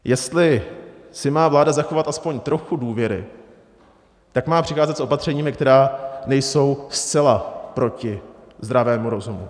Jestli si má vláda zachovat aspoň trochu důvěry, tak má přicházet s opatřeními, která nejsou zcela proti zdravému rozumu.